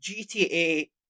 GTA